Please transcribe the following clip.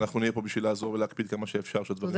ואנחנו נהיה פה בשביל לעזור ולהקפיד כמה שאפשר שהדברים יקרו.